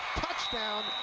touchdown,